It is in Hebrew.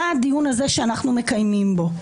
מה הדיון הזה שאנחנו מקיימים פה?